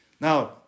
Now